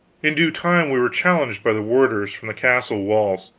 in due time we were challenged by the warders, from the castle walls,